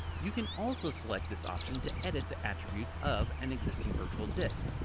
you can also select this option to edit the attributes of an existing virtual disk.